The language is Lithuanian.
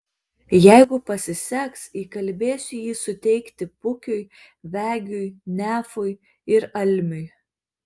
jeigu pasiseks įkalbėsiu jį suteikti pukiui vegiui nefui ir almiui